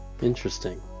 Interesting